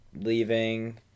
leaving